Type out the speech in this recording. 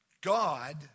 God